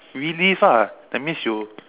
relive ah that means you